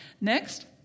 Next